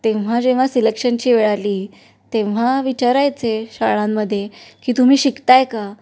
तेव्हा जेव्हा सिलेक्शनची वेळ आली तेव्हा विचारायचे शाळांमध्ये की तुम्ही शिकताय का